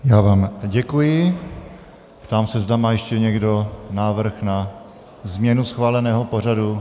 Já vám děkuji a ptám se, zda má ještě někdo návrh na změnu schváleného pořadu.